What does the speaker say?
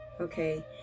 Okay